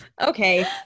Okay